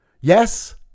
Yes